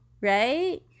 right